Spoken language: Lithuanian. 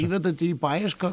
įvedate į paiešką